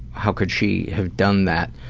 how could she have done that.